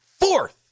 fourth